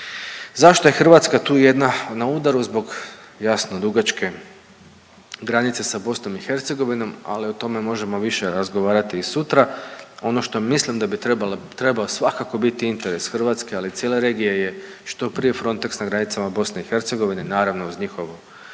Zašto je Hrvatska tu jedna na udaru? Zbog, jasno, dugačke granice sa BiH, ali o tome možemo više razgovarati i sutra. Ono što mislim da bi trebao svakako biti interes Hrvatske, ali i cijele regije je što prije Frontex na granicama BiH, naravno, uz njihovo